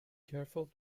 careful